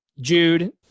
Jude